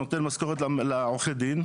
שנותן משכורת לעורכי הדין,